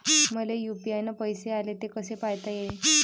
मले यू.पी.आय न पैसे आले, ते कसे पायता येईन?